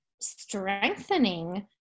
strengthening